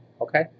okay